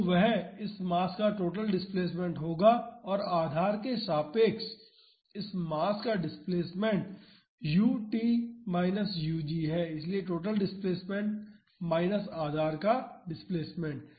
तो वह इस मास का टोटल डिस्प्लेसमेंट होगा और आधार के सापेक्ष इस मास का displacement u t minus u g है इसलिए टोटल डिस्प्लेसमेंट माइनस आधार का डिस्प्लेसमेंट